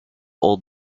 old